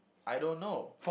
I don't know